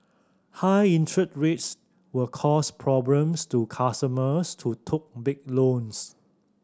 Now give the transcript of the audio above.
high interest rates will cause problems to customers too took big loans